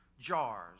jars